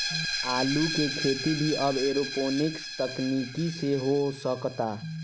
आलू के खेती भी अब एरोपोनिक्स तकनीकी से हो सकता